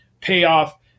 payoff